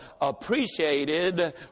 appreciated